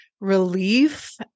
relief